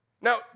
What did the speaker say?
Now